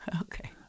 Okay